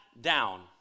down